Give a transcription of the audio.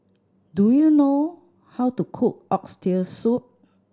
do you know how to cook Oxtail Soup